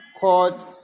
called